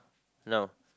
now